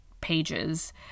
pages